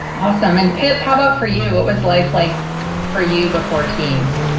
awesome, and pip, how about for you? what was life like for you before teams?